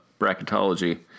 bracketology